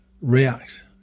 react